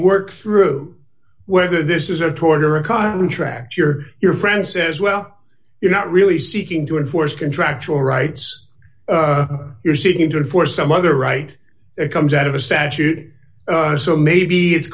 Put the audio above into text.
work through whether this is or toward or a contract year your friend says well you're not really seeking to enforce contractual rights you're seeking to enforce some other right that comes out of a statute so maybe it's